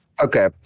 Okay